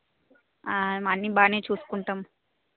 అన్నీ బాగా చూసుకుంటాం